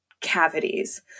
cavities